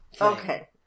okay